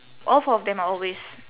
all four of them are always